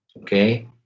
okay